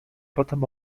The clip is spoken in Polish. potem